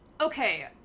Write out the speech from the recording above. Okay